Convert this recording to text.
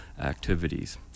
activities